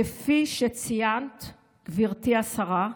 כפי שציינת הערב, גברתי השרה,